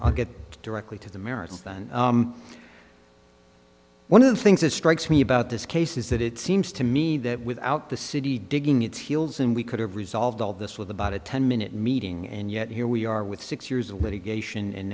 i'll get directly to the merits than one of the things that strikes me about this case is that it seems to me that without the city digging its heels in we could have resolved all this with about a ten minute meeting and yet here we are with six years of litigation and